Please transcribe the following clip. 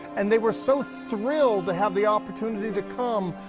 and they were so thrilled to have the opportunity to come,